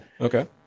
Okay